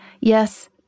Yes